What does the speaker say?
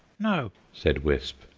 no, said wisp,